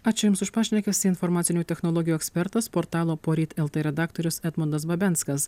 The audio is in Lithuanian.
ačiū jums už pašnekesį informacinių technologijų ekspertas portalo poryt lt redaktorius edmondas babenskas